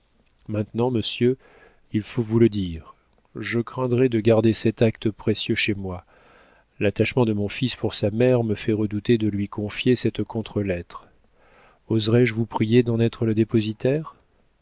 maintenant monsieur il faut vous le dire je craindrais de garder cet acte précieux chez moi l'attachement de mon fils pour sa mère me fait redouter de lui confier cette contre-lettre oserais-je vous prier d'en être le dépositaire